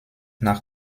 nach